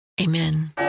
Amen